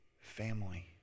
family